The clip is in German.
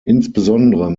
insbesondere